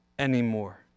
anymore